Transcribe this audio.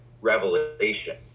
revelation